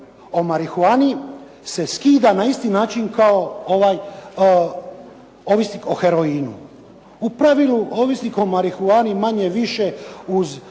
o marihuani se skida na isti način kao ovisnik o heroinu. U pravilu, ovisnik o marihuani manje više uz